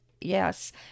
yes